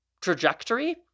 trajectory